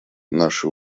наши